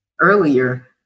earlier